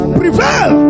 prevail